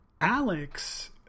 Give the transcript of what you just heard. Alex